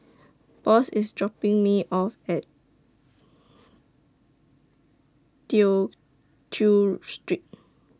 Boss IS dropping Me off At Tew Chew Street